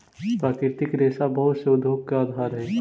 प्राकृतिक रेशा बहुत से उद्योग के आधार हई